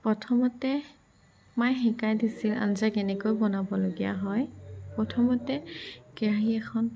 প্ৰথমতে মায়ে শিকাই দিছিল আঞ্জা কেনেকৈ বনাবলগীয়া হয় প্ৰথমতে কেৰাহী এখন